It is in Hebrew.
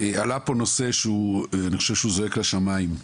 עלה פה נושא שאני חושב שהוא זועק לשמים,